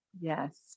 Yes